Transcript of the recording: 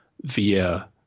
via